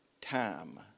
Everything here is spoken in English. time